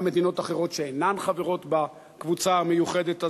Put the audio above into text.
גם מדינות אחרות שאינן חברות בקבוצה המיוחדת הזאת.